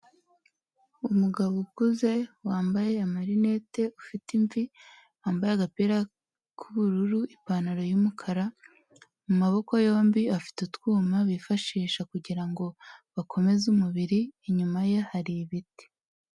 Umugabo ukuze wambaye amarinete ufite imvi wambaye agapira k'ubururu ipantaro y'umukara mu maboko yombi afite utwuma bifashisha kugirango bakomeze umubiri inyuma ye hari ibiti.